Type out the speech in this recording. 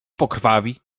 pokrwawi